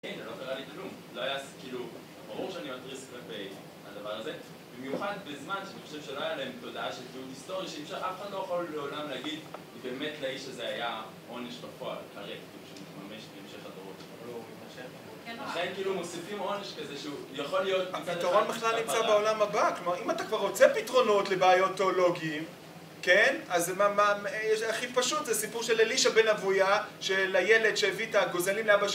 אין, זה לא קרה לי כלום. לא היה כאילו, ברור שאני מתריס כלפי הדבר הזה. במיוחד בזמן שאני חושב שלא היה להם תודעה של תיעוד היסטורי, שאי אפשר, שאף אחד לא יכול לעולם להגיד באמת לאיש הזה היה עונש בפועל. הרי כאילו, שמתממש במשך הדורות. אחרי כאילו, מוסיפים עונש כזה שהוא יכול להיות... הפתרון בכלל נמצא בעולם הבא. כלומר, אם אתה כבר רוצה פתרונות לבעיות תיאולוגיים, כן? אז מה... הכי פשוט זה סיפור של אלישה בן אבויה, של הילד שהביא את הגוזלים לאבא של